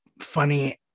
funny